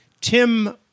Tim